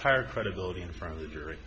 tire credibility in front of the jury